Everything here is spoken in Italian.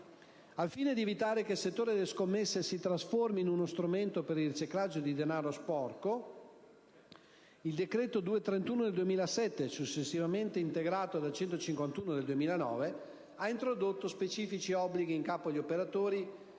Al fine di evitare che il settore delle scommesse si trasformi in uno strumento per il riciclaggio di denaro sporco, il decreto legislativo n. 231 del 2007, successivamente integrato dal decreto legislativo n. 151 del 2009, ha introdotto specifici obblighi in capo agli operatori